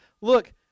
look